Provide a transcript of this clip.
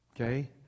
Okay